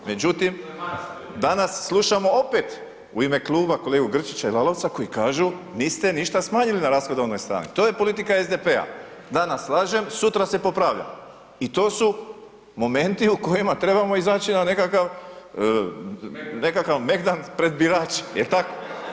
Međutim, danas slušamo opet u ime kluba kolegu Grčića i Lalovca koji kažu niste nište smanjili na rashodovnoj strani, to je politika SDP-a, danas lažem, sutra se popravljam i to su momenti u kojima trebamo izaći na nekakav megdan pred birače, jel tako?